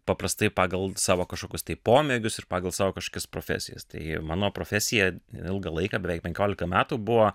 paprastai pagal savo kažkokius tai pomėgius ir pagal savo kažkokias profesijas tai mano profesija ilgą laiką beveik penkiolika metų buvo